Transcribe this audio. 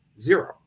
zero